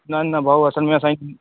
न न भाउ असल में असांजी